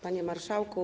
Panie Marszałku!